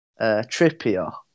Trippier